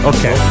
Okay